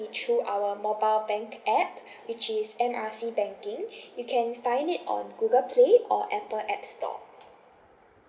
through our mobile bank app which is M R C banking you can find it on google play or apple app store